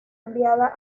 enviada